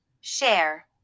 Share